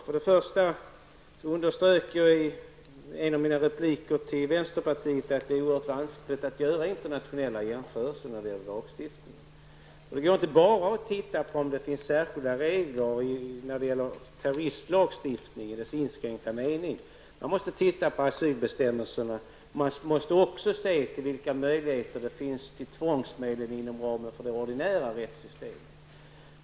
Först och främst underströk jag i en av mina repliker till vänsterpartiet att det är oerhört vanskligt att göra internationella jämförelser när det gäller lagstiftning. Man kan inte bara titta på om det finns särskilda regler när det gäller terroristlagstiftningen i dess inskränkta mening. Man måste också titta på asylbestämmelserna men också på vilka möjligheter det finns till tvångsmedel inom ramen för det ordinära rättssystemet.